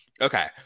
okay